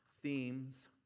themes